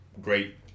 great